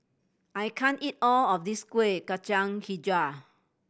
I can't eat all of this Kueh Kacang Hijau